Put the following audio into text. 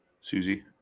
Susie